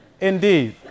indeed